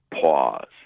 pause